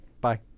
Bye